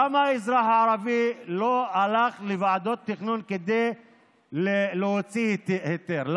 למה האזרח הערבי לא הלך לוועדות תכנון כדי להוציא היתר?